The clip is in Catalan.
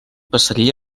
passaria